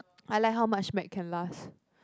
I like how much Mac can last